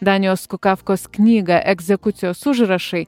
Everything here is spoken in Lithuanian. danyos kukafkos knygą egzekucijos užrašai